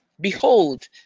behold